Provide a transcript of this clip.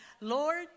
Lord